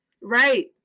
right